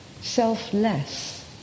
selfless